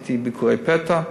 עשיתי ביקורי פתע,